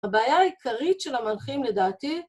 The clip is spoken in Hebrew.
הבעיה העיקרית של המנחים לדעתי